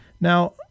Now